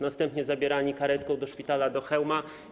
Następnie zabierani są karetką do szpitala w Chełmie.